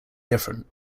different